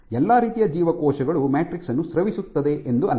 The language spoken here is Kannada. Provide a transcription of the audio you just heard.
ಎಲ್ಲಾ ರೀತಿಯ ಜೀವಕೋಶಗಳು ಮ್ಯಾಟ್ರಿಕ್ಸ್ ಅನ್ನು ಸ್ರವಿಸುತ್ತದೆ ಎಂದು ಅಲ್ಲ